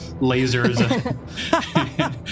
lasers